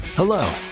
Hello